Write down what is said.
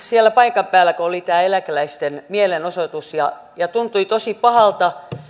siellä paikan päällä kuoli ja eläkeläisten mielenosoituksia ja tuntui tosi pahalta